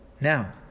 Now